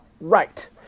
Right